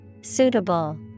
Suitable